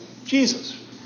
Jesus